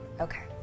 Okay